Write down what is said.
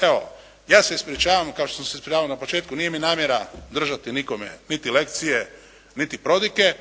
Evo ja se ispričavam kao što sam se ispričavao na početku. Nije mi namjera držati nikome niti lekcije niti prodike,